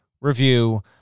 review